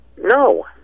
No